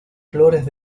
flores